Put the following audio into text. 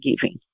giving